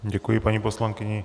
Děkuji paní poslankyni.